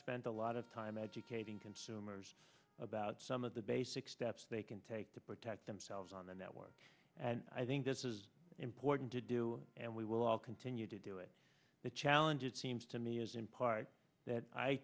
spent a lot of time educating consumers about some of the basic steps they can take to protect themselves on the network and i think this is important to do and we will continue to do it the challenge it seems to me is in part that